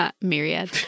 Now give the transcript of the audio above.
Myriad